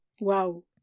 Wow